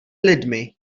lidmi